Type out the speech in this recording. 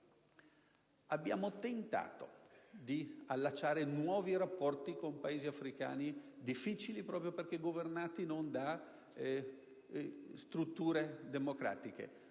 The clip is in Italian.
Abbiamo tentato di allacciare nuovi rapporti con Paesi africani difficili, proprio perché governati non da strutture democratiche.